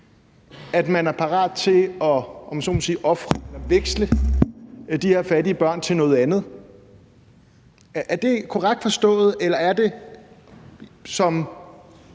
at man er parat til, om man så må sige, at veksle de her fattige børn til noget andet. Er det korrekt forstået, eller er det, som